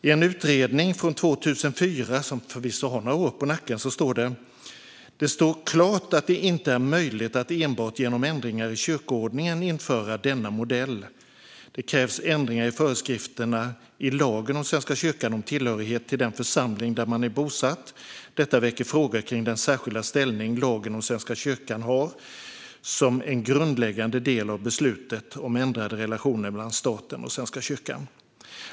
I en utredning från 2004, som förvisso har några år på nacken, står det: "Det står klart att det inte är möjligt att enbart genom ändringar i kyrkoordningen införa denna modell. Det krävs ändringar i föreskrifterna i lagen om Svenska kyrkan om tillhörighet till den församling där man är bosatt. Detta väcker frågor kring den särskilda ställning lagen om Svenska kyrkan har som en grundläggande del av beslutet om ändrade relationer mellan staten och Svenska kyrkan."